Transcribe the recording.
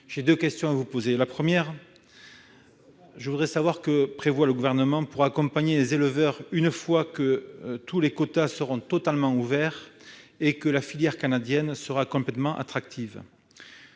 donc deux questions à vous poser, monsieur le secrétaire d'État. Tout d'abord, que prévoit le Gouvernement pour accompagner les éleveurs une fois que tous les quotas seront totalement ouverts et que la filière canadienne sera complètement attractive